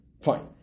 Fine